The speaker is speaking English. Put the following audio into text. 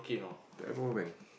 that moment